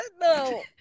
No